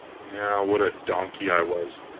what a donkey i was!